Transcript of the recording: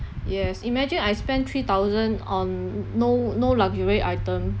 yes imagine I spend three thousand on no no luxury item